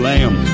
Lamb